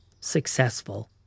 successful